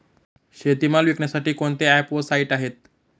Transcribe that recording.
शेतीमाल विकण्यासाठी कोणते ॲप व साईट आहेत?